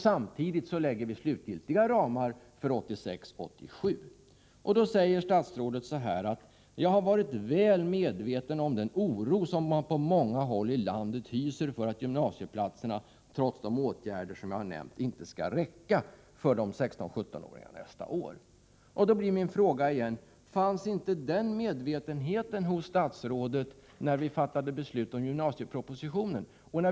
Samtidigt lägger man fast slutgiltiga ramar för 1986/87. Då säger statsrådet att hon har varit väl medveten om den oro som man på många håll i landet hyser för att gymnasieplatserna trots de åtgärder som nämnts inte skall räcka för 16-17-åringarna nästa år. Fanns inte den medvetenheten hos statsrådet när vi fattade beslut om gymnasiepropositionen?